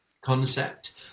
concept